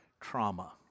trauma